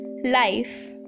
Life